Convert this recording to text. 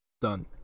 done